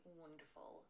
wonderful